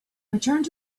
returned